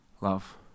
love